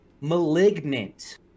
malignant